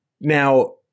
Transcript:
Now